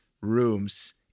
rooms